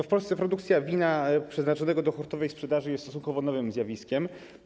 W Polsce produkcja wina przeznaczonego do hurtowej sprzedaży jest stosunkowo nowym zjawiskiem.